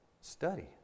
study